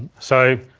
so,